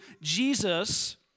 Jesus